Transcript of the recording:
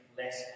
less